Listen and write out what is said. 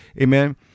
amen